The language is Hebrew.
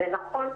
זה נכון,